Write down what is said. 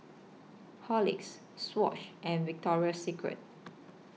Horlicks Swatch and Victoria Secret